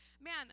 man